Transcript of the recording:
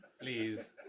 please